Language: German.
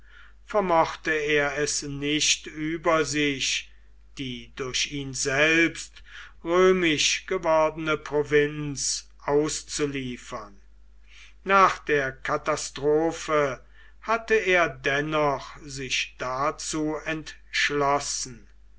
vermochte er es nicht über sich die durch ihn selbst römisch gewordene provinz auszuliefern nach der katastrophe hatte er dennoch sich dazu entschlossen